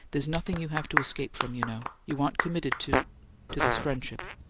there's nothing you have to escape from, you know. you aren't committed to to this friendship.